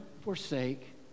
forsake